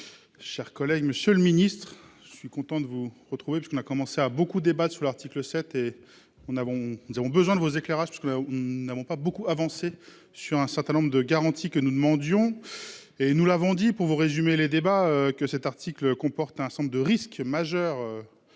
Cher collègue, Monsieur le Ministre, je suis content de vous retrouver parce qu'on a commencé à beaucoup. Débat sur l'article 7 et on avons ont besoin de vos éclairages parce que nous n'avons pas beaucoup avancé sur un certain nombre de garanties que nous demandions et nous l'avons dit, pour vous résumer les débats que cet article comporte un certain nombre de risques majeurs.